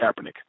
Kaepernick